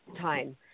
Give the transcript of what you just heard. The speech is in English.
time